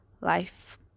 life